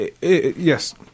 Yes